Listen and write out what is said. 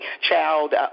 child